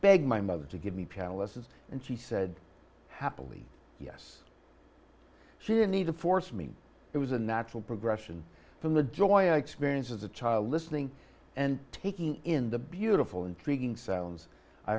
begged my mother to give me piano lessons and she said happily yes she didn't need to force me it was a natural progression from the joy i experience as a child listening and taking in the beautiful intriguing sounds i